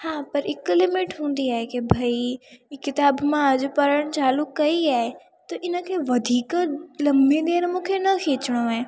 हा पर हिकु लिमिट हूंदी आहे की भई इहा किताबु मां अॼु पढ़णु चालू कई आहे त इन खे वधीक लंबी देरि मूंखे न खिचणो आहे